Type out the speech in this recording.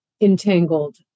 entangled